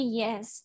yes